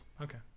Okay